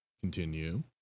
Continue